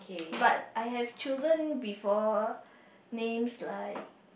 but I have chosen before names like